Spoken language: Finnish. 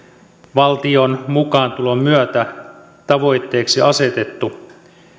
valtion mukaantulon myötä tavoitteeksi asetettu